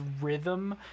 rhythm